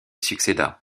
succéda